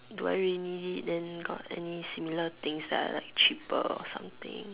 do I really need it then got any similar things that are like cheaper or something